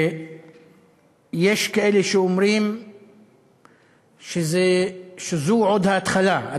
אדוני היושב-ראש, יש כאלה שאומרים שזו עוד ההתחלה.